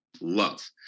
love